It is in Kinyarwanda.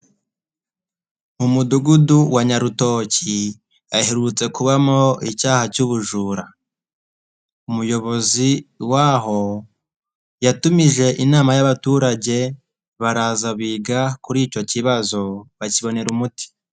Mu Mudugudu wa Nyarutoki haherutse kubamo icyaha cy'ubujura, umuyobozi w'aho yatumije inama y'abaturage baraza biga kuri icyo kibazo bakibonera umuti.